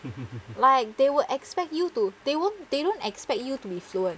like they would expect you to they won't they don't expect you to be fluent